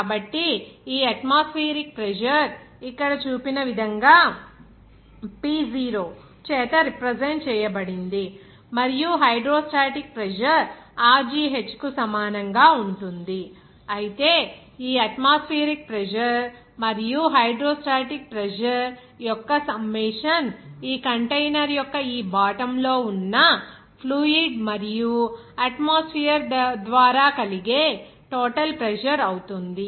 కాబట్టి ఈ atmospheric pressure ఇక్కడ చూపిన విధంగా P0 చేత రిప్రజెంట్ చేయబడింది మరియు హైడ్రోస్టాటిక్ ప్రెజర్ rgh కు సమానంగా ఉంటుంది అయితే ఈ అట్మాస్ఫియరిక్ ప్రెజర్ మరియు హైడ్రోస్టాటిక్ ప్రెజర్ యొక్క సమ్మేషన్ ఈ కంటైనర్ యొక్క ఈ బాటమ్ లో ఉన్న ఫ్లూయిడ్ మరియు అట్మాస్ఫియర్ ద్వారా కలిగే టోటల్ ప్రెజర్ అవుతుంది